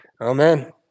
Amen